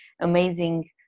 amazing